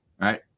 right